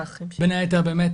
בין היתר באמת